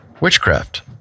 witchcraft